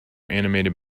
animated